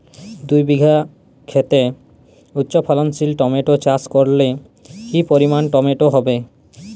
দুই বিঘা খেতে উচ্চফলনশীল টমেটো চাষ করলে কি পরিমাণ টমেটো হবে?